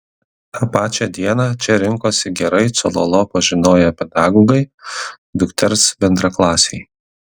tą pačią dieną čia rinkosi gerai cololo pažinoję pedagogai dukters bendraklasiai